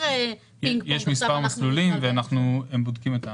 הם בודקים את הנושא.